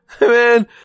Man